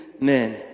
men